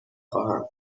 خواهم